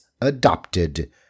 adopted